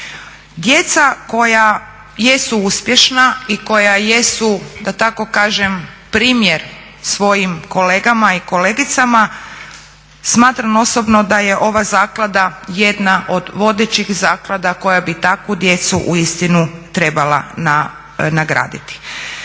Djeca koja jesu uspješna i koja jesu da tako kažem primjer svojim kolegama i kolegicama smatram osobno da je ova zaklada jedna od vodećih zaklada koja bi takvu djecu uistinu trebala nagraditi.